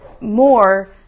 more